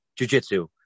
jujitsu